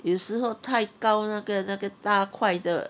有时候太高那个那个大块的